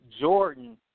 Jordan